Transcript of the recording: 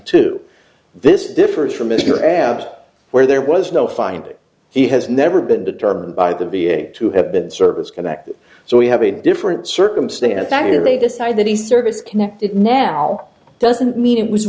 two this differs from is your abs where there was no finding he has never been determined by the v a to have been service connected so we have a different circumstance that if they decide that the service connected now doesn't mean it was